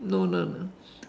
no no no